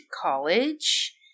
College